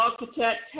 architect